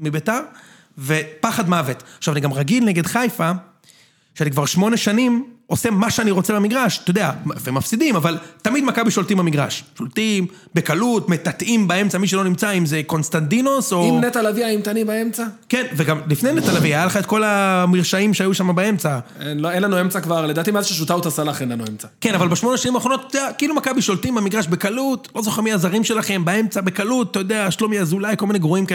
מבית"ר, ופחד מוות. עכשיו, אני גם רגיל נגד חיפה, שאני כבר שמונה שנים עושה מה שאני רוצה במגרש, אתה יודע, ומפסידים, אבל תמיד מכבי שולטים במגרש. שולטים, בקלות, מטאטאים באמצע מי שלא נמצא, אם זה קונסטנטינוס או... אם נטע לביא האימתני באמצע? כן, וגם לפני נטע לביא, היה לך את כל המרשעים שהיו שם באמצע. אין לנו אמצע כבר, לדעתי מאז שז'וטאוטאס הלך, אין לנו אמצע. כן, אבל בשמונה שנים האחרונות, אתה יודע, כאילו מכבי שולטים במגרש בקלות, לא זוכר מי הזרים שלכם באמצע בקלות, אתה יודע, שלומי אזולאי, כל מיני גרועים כאלה.